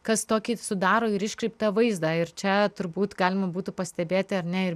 kas tokį sudaro ir iškreiptą vaizdą ir čia turbūt galima būtų pastebėti ar ne ir